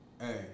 Hey